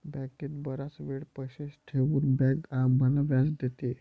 बँकेत बराच वेळ पैसे ठेवून बँक आम्हाला व्याज देते